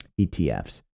ETFs